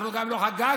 אנחנו גם לא חגגנו,